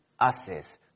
access